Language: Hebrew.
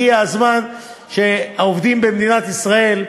הגיע הזמן שהעובדים במדינת ישראל,